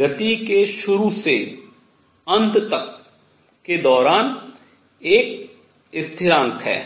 गति के शुरू से अन्त तक के दौरान एक स्थिरांक है